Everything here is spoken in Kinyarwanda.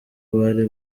bari